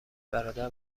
برادر